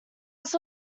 was